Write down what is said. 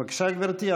בבקשה, גברתי.